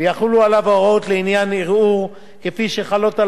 ויחולו עליו ההוראות לעניין ערעור כפי שחלות על